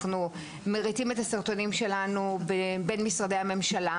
אנחנו מריצים את הסרטונים שלנו בין משרדי הממשלה.